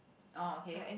oh okay